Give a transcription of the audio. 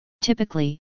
Typically